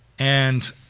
and,